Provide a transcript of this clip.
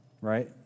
right